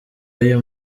ayo